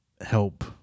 help